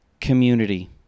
community